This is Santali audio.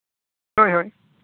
ᱦᱳᱭ ᱦᱳᱭ